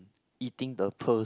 eating the pearl